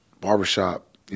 barbershop